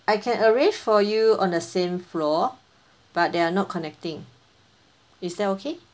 I can arrange for you on the same floor but they are not connecting is that okay